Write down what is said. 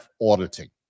auditing